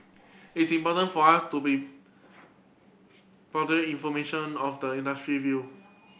it's important for us to be powder information of the industry view